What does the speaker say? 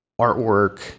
artwork